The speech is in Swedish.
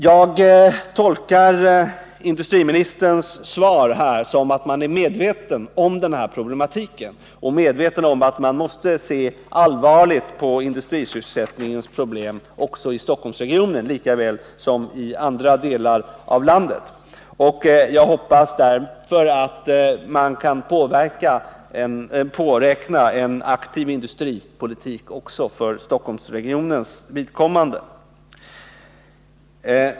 Jag tolkar industriministerns svar som att regeringen är medveten om problematiken och medveten om att man måste se allvarligt på industrisysselsättningens problem i Stockholmsregionen lika väl som i andra delar av landet. Jag hoppas därför att vi kan påräkna en aktiv industripolitik också för Stockholmsregionens vidkommande.